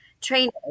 training